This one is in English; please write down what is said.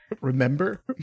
Remember